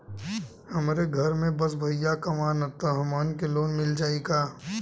हमरे घर में बस भईया कमान तब हमहन के लोन मिल जाई का?